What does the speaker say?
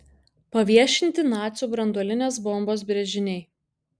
paviešinti nacių branduolinės bombos brėžiniai